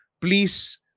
please